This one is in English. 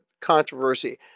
controversy